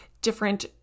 different